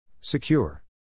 Secure